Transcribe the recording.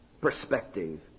perspective